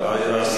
ועדת חוקה.